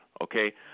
okay